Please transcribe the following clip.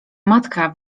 matka